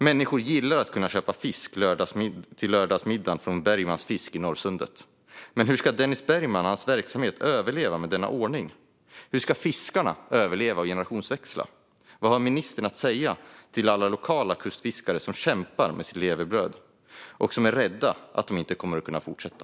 Människor gillar att kunna köpa fisk till lördagsmiddagen från Bergmans fisk i Norrsundet. Men hur ska Dennis Bergman och hans verksamhet överleva med denna ordning? Hur ska fiskarna överleva och generationsväxla? Vad har ministern att säga till alla lokala kustfiskare som kämpar med sitt levebröd och som är rädda att de inte kommer att kunna fortsätta?